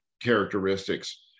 characteristics